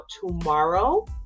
tomorrow